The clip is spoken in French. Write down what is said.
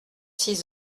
six